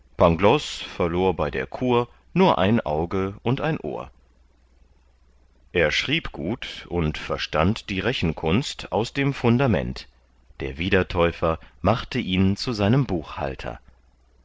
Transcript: verlor bei der kur nur ein auge und ein ohr er schrieb gut und verstand die rechenkunst aus dem fundament der wiedertäufer machte ihn zu seinem buchhalter